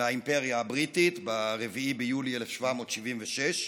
מהאימפריה הבריטית ב-4 ביולי 1776,